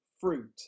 fruit